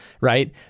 right